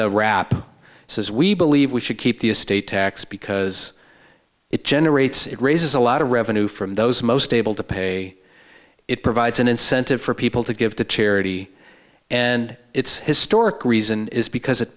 the wrap says we believe we should keep the estate tax because it generates it raises a lot of revenue from those most able to pay it provides an incentive for people to give to charity and its historic reason is because it